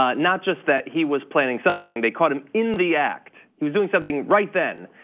ah not just that he was planning something, they caught him in the act, he was doing something right then.